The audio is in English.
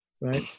right